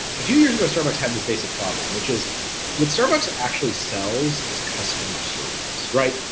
a few years ago, starbucks had this basic problem which is what starbucks actually sells is customer service, right?